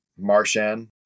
Marshan